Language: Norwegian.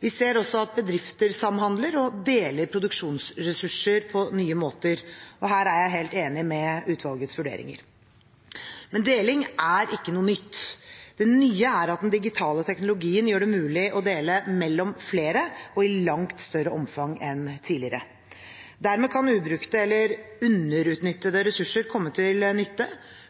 Vi ser også at bedrifter samhandler og deler produksjonsressurser på nye måter, og her er jeg helt enig i utvalgets vurderinger. Men deling er ikke noe nytt. Det nye er at den digitale teknologien gjør det mulig å dele mellom flere og i langt større omfang enn tidligere. Dermed kan ubrukte eller underutnyttede ressurser komme til nytte,